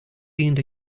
leaned